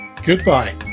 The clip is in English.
Goodbye